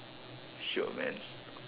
sure man